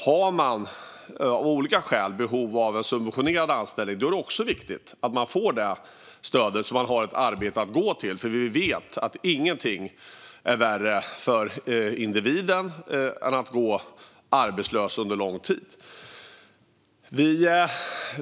Har man, av olika skäl, behov av en subventionerad anställning är det också viktigt att man får det stödet så att man har ett arbete att gå till. Vi vet att ingenting är värre för individen än att gå arbetslös under lång tid.